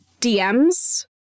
DMs